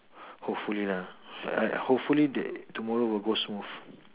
hopefully lah I hopefully they tomorrow will go smooth